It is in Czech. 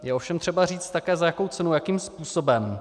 Je ovšem třeba říct také, za jakou cenu a jakým způsobem.